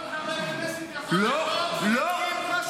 אתה תכף צריך לדבר, אז אני אחזור בשבילך.